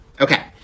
Okay